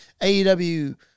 AEW –